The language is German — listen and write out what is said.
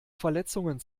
verletzungen